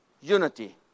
unity